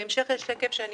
בהמשך יש שקף שאני